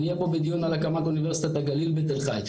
אני אהיה פה בדיון על הקמת אוניברסיטת הגליל בתל חי,